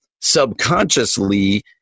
subconsciously